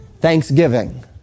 Thanksgiving